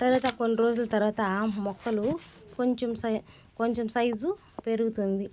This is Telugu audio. తరువాత కొన్ని రోజుల తర్వాత మొక్కలు కొంచెం సై కొంచెం సైజు పెరుగుతుంది